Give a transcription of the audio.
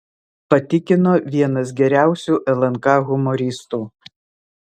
patikino vienas geriausių lnk humoristų